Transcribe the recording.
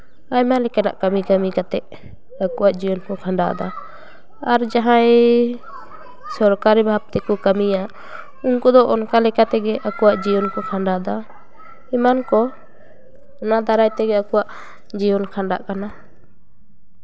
ᱟᱭᱢᱟ ᱞᱮᱠᱟᱱᱟᱜ ᱠᱟᱹᱢᱤ ᱠᱟᱹᱢᱤ ᱠᱟᱛᱮᱫ ᱟᱠᱚᱣᱟᱜ ᱡᱤᱭᱚᱱ ᱠᱚ ᱠᱷᱟᱰᱟᱣᱫᱟ ᱟᱨ ᱡᱟᱦᱟᱸᱭ ᱥᱚᱨᱠᱟᱨᱤ ᱵᱷᱟᱵᱽ ᱛᱮᱠᱚ ᱠᱟᱹᱢᱤᱭᱟ ᱩᱱᱠᱩ ᱫᱚ ᱚᱱᱠᱟ ᱞᱮᱠᱟ ᱛᱮᱜᱮ ᱟᱠᱚᱣᱟᱜ ᱡᱤᱭᱚᱱ ᱠᱚ ᱠᱷᱟᱸᱰᱟᱣᱫᱟ ᱮᱢᱟᱱ ᱠᱚ ᱚᱱᱟ ᱫᱟᱨᱟᱭ ᱛᱮᱜᱮ ᱟᱠᱚᱣᱟᱜ ᱡᱤᱭᱚᱱ ᱠᱷᱟᱸᱰᱟᱜ ᱠᱟᱱᱟ